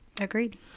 agreed